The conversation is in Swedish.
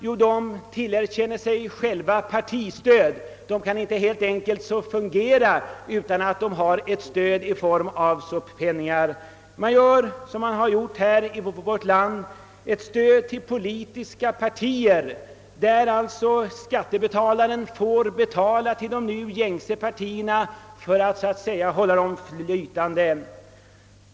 Jo, de tillerkänner sig själva partistöd — de kan helt enkelt inte fungera utan ekonomiskt stöd. De konstruerar, såsom skett i vårt land, stödet så, att skattebetalarna får betala till de nu gängse partierna för att hålla dessa flytande.